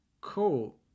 cool